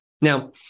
Now